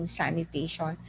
sanitation